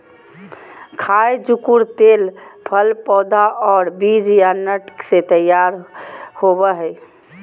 खाय जुकुर तेल फल पौधा और बीज या नट से तैयार होबय हइ